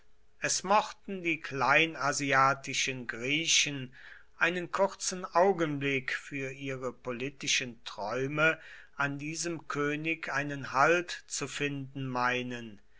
es mochten die kleinasiatischen griechen einen kurzen augenblick für ihre politischen träume an diesem könig einen halt zu finden meinen